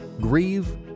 grieve